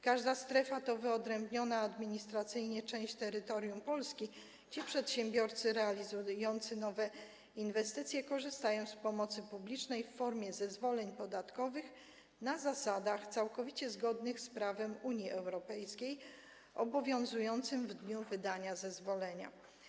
Każda strefa to wyodrębniona administracyjnie część terytorium Polski, gdzie przedsiębiorcy realizujący nowe inwestycje korzystają z pomocy publicznej w formie zwolnień podatkowych na zasadach całkowicie zgodnych z prawem Unii Europejskiej obowiązującym w dniu wydania zezwolenia.